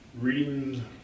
reading